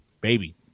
baby